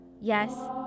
Yes